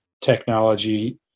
technology